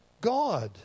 God